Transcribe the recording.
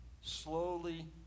slowly